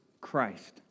Christ